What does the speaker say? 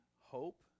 hope